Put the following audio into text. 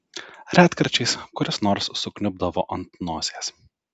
retkarčiais kuris nors sukniubdavo ant nosies